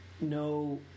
No